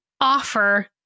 offer